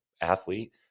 athlete